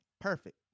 perfect